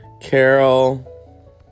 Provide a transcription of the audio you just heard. Carol